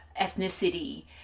ethnicity